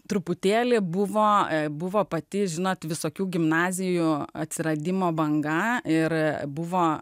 truputėlį buvo buvo pati žinot visokių gimnazijų atsiradimo banga ir buvo